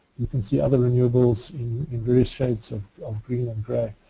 we can see other renewables in in various shades of of green and gray.